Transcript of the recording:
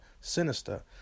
sinister